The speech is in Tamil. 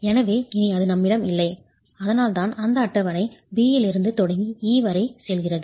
எனவே இனி அது நம்மிடம் இல்லை அதனால்தான் இந்த அட்டவணை B இலிருந்து தொடங்கி E வரை செல்கிறது